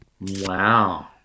Wow